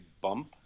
bump